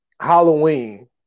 Halloween